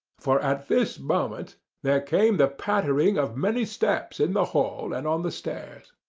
for at this moment there came the pattering of many steps in the hall and on the stairs,